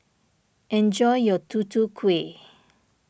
enjoy your Tutu Kueh